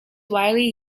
widely